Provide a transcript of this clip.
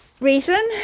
reason